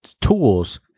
tools